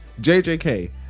JJK